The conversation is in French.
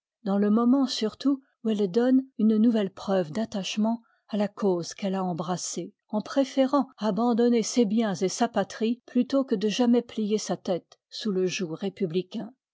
dans le moment surtout où elle donne une nouvelle preuve d'attachement à la cause n qu'elle a embrassée en préférant abandonner ses biens et sa patrie plutôt que de jamais plier sa tête sous le joug républicain